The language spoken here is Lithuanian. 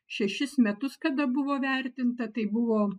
šešis metus kada buvo vertinta tai buvo